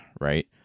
right